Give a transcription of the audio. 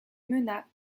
mena